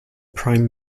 prime